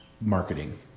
marketing